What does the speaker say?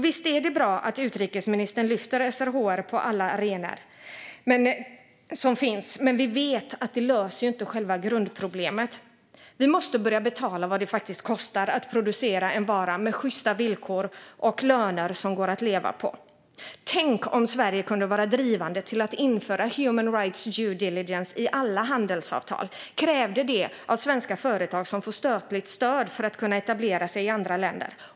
Visst är det bra att utrikesministern lyfter SRHR på alla arenor som finns, men vi vet att det inte löser grundproblemet. Vi måste börja betala vad det faktiskt kostar att producera en vara med sjysta villkor och löner som det går att leva på. Tänk om Sverige kunde vara drivande för att införa human rights due diligence i alla handelsavtal och krävde det av svenska företag som får statligt stöd för att kunna etablera sig i andra länder!